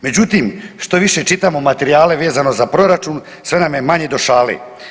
Međutim, što više u materijale vezano za proračun, sve nam je manje do šale.